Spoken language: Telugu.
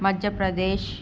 మధ్యప్రదేశ్